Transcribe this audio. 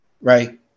right